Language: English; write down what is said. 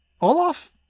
Olaf